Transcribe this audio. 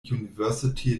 university